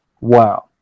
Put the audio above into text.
Wow